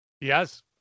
Yes